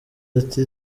ati